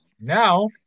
Now